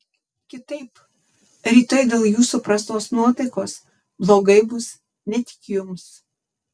kitaip rytoj dėl jūsų prastos nuotaikos blogai bus ne tik jums